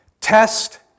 Test